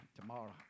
tomorrow